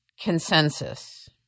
consensus